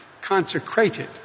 consecrated